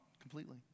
completely